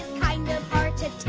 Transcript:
kind of hard to